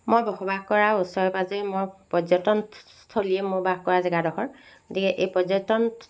মই বসবাস কৰা ওচৰে পাজৰে মই পৰ্যটন স্থলীয়ে মোৰ বাস কৰা জেগাডোখৰ গতিকে এই পৰ্যটন